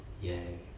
Yay